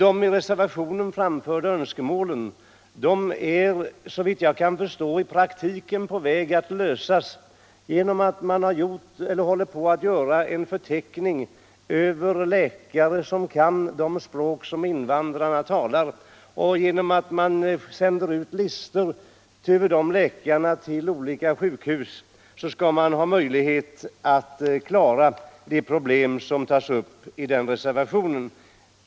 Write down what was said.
de i reservationen framförda önskemålen är såvitt jag kan förstå i praktiken på väg att tillgodoses genom att man håller på att göra en förteckning över läkare som kan de språk som invandrarna talar. Genom att man sänder ut listor över dessa läkare till olika sjukhus skall man ha möjlighet att klara de problem som tas upp i denna reservation.